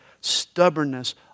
Stubbornness